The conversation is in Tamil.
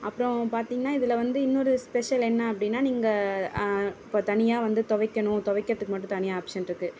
அப்றம் பார்த்திங்கன்னா இதில் வந்து இன்னொரு ஸ்பெஷல் என்ன அப்படினா நீங்கள் இப்போ தனியாக வந்து துவைக்கணும் துவைக்கிறதுக்கு மட்டும் தனியாக ஆப்ஷனிருக்கு